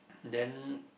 then